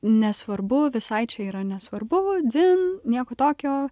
nesvarbu visai čia yra nesvarbu dzin nieko tokio